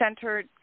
centered